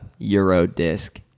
Eurodisc